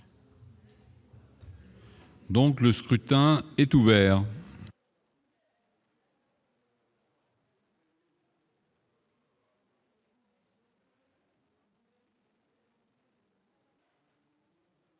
Donc, le scrutin est ouvert.